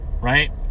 right